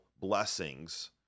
blessings